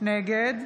נגד